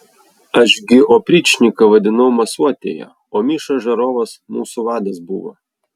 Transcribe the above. aš gi opričniką vaidinau masuotėje o miša žarovas mūsų vadas buvo